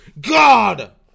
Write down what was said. God